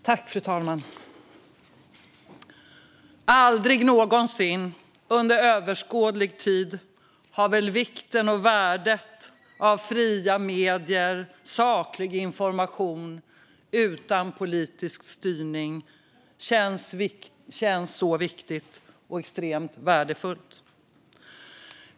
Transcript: Fru talman! Aldrig någonsin under överskådlig tid har väl vikten och värdet av fria medier och saklig information utan politisk styrning känts så extremt värdefullt.